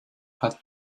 had